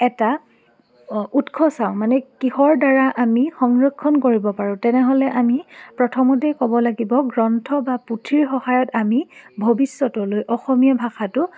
এটা উৎস চাওঁ মানে কিহৰ দ্বাৰা আমি সংৰক্ষণ কৰিব পাৰোঁ তেনেহ'লে আমি প্ৰথমতেই ক'ব লাগিব গ্ৰন্থ বা পুথিৰ সহায়ত আমি ভৱিষ্যতলৈ অসমীয়া ভাষাটো